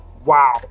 Wow